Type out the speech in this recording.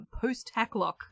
post-Hacklock